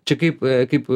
čia kaip kaip